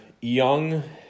young